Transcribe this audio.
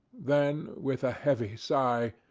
then, with a heavy sigh,